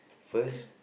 first